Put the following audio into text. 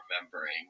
remembering